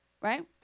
right